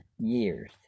years